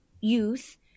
youth